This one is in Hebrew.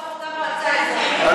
ברושי, איך אתה, באותה מועצה אזורית, א.